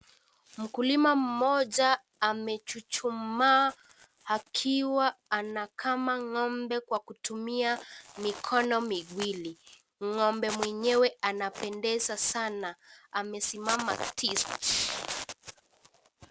Mkulima mmoja amechuchumaa akiwa anakata ng'ombe akitumia mikono Miwili Ng'ombe mwenyewe anapendezwa sana amesimama tiketi.